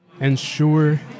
ensure